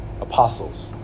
apostles